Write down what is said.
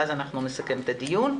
ואז נסכם את הדיון.